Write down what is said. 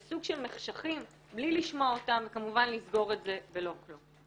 בסוג של מחשכים בלי לשמוע אותם וכמובן לסגור את זה בלא כלום.